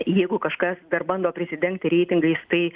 jeigu kažkas dar bando prisidengti reitingais tai